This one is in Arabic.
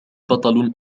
بطل